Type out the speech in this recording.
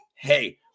Hey